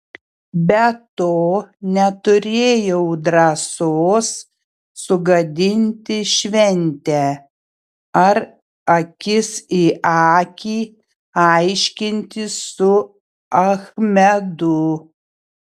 be to neturėjau drąsos sugadinti šventę ar akis į akį aiškintis su achmedu